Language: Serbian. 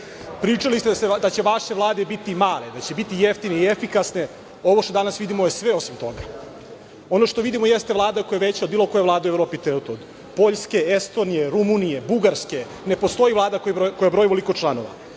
godina. Pričali ste da će vaše Vlade biti male, da će biti jeftine i efikasne. Ovo što danas vidimo je sve osim toga. Ono što vidimo jeste Vlada koja je veća od bilo koje Vlade u Evropi, od Poljske, Estonije, Rumunije, Bugarske. Ne postoji Vlada koji broji ovoliko članova. Imate